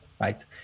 right